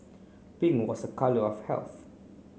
pink was a colour of health